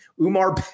Umar